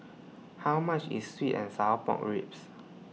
How much IS Sweet and Sour Pork Ribs